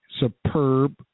superb